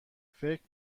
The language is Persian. فکر